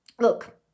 look